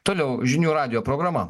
toliau žinių radijo programa